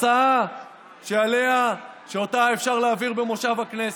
הצעה שאותה אפשר להעביר במושב הכנסת,